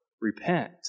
repent